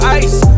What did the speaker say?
ice